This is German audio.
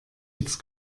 jetzt